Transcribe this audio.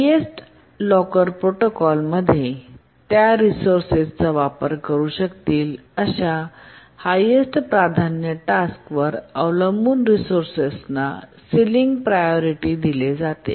highest locker protocol मध्ये त्या रिसोर्सचा वापर करू शकतील अशा हायेस्टप्राधान्य टास्क वर अवलंबून रिसोर्सना सिलिंग प्रायोरिटी दिले जाते